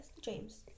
James